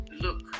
look